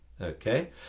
Okay